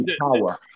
Power